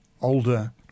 older